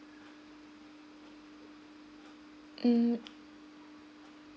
mm